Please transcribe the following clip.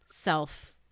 self